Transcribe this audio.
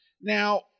Now